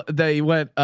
they went,